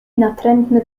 natrętny